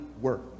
work